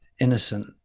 innocent